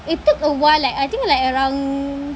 it took a while like I think like around